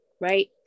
right